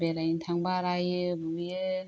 बेरायनो थांब्ला रायो बुयो